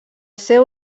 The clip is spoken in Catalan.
seu